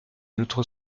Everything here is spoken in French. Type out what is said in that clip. notre